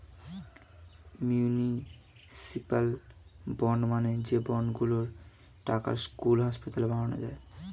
municipal bond মানে যে bond গুলোর টাকায় স্কুল, হাসপাতাল বানানো যায়